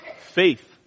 faith